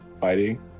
fighting